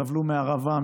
סבלו מהרעבה,